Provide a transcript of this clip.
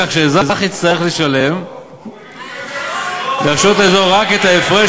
כך שהאזרח יצטרך לשלם לרשויות האזור רק את ההפרש